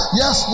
yes